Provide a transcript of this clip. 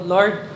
Lord